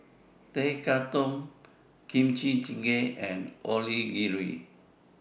Tekkadon Kimchi Jjigae and Onigiri